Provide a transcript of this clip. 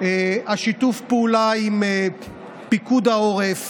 שיתוף הפעולה עם פיקוד העורף